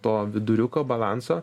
to viduriuko balanso